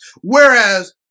whereas